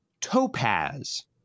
topaz